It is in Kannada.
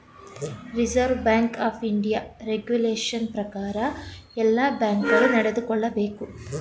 reserve bank of India regulation ಪ್ರಕಾರ ಎಲ್ಲ ಬ್ಯಾಂಕ್ ಗಳು ನಡೆದುಕೊಳ್ಳಬೇಕು